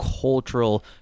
cultural